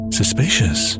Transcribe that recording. suspicious